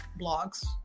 blogs